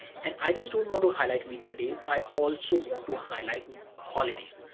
and i just don't want to highlight weekend days, i also want to highlight holidays.